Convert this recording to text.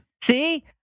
See